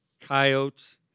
coyotes